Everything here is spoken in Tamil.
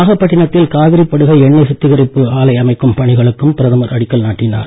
நாகப் பட்டிணத்தில் காவிரிப் படுகை எண்ணெய் சுத்திகரிப்பு நிலையம் அமைக்கும் பணிகளுக்கும் பிரதமர் அடிக்கல் நாட்டினார்